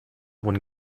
when